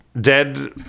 dead